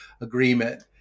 agreement